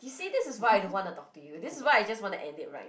you see this is why I don't want to talk to you this is why I just wanna end it [right]